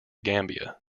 gambia